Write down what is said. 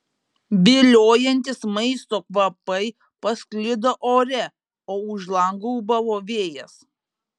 viliojantys maisto kvapai pasklido ore o už lango ūbavo vėjas